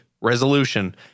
resolution